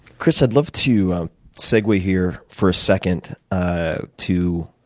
chris, i'd love to segue here for a second ah to